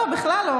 לדבר על גרביים?